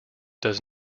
does